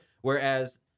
Whereas